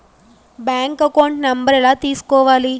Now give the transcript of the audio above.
Bank account number ఎలా తీసుకోవాలి?